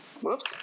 Whoops